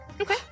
Okay